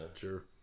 Sure